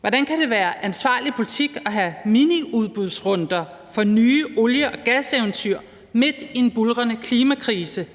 Hvordan kan det være ansvarlig politik at have miniudbudsrunder for nye olie- og gaseventyr midt i en buldrende klimakrise, og